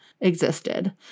existed